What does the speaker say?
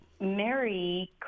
Mary